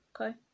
okay